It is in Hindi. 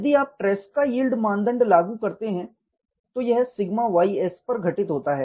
यदि आप ट्रेसका यील्ड मानदंड लागू करते हैं तो यह सिग्मा ys पर घटित होता है